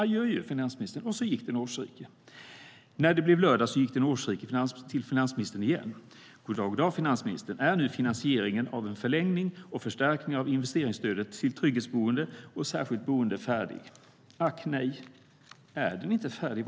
Adjö, adjö, finansministern! När det blev lördag gick den årsrike till finansministern igen.- Ack nej!- Är den inte färdig?